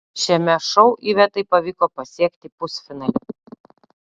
šiame šou ivetai pavyko pasiekti pusfinalį